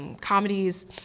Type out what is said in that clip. comedies